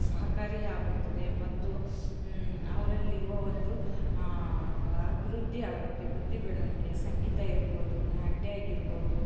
ಸಹಕಾರಿ ಆಗುತ್ತದೆ ಮತ್ತು ಅವರಲ್ಲಿರುವ ಒಂದು ಅಭಿವೃದ್ದಿ ಆಗುತ್ತೆ ಬುದ್ಧಿ ಬೆಳವಣಿಗೆ ಸಂಗೀತ ಇರ್ಬೋದು ನಾಟ್ಯ ಆಗಿರ್ಬೋದು